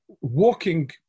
walking